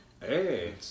Hey